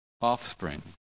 offspring